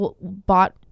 bought